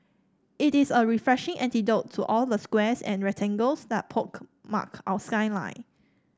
it is a refreshing antidote to all the squares and rectangles that pockmark our skyline